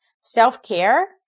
Self-care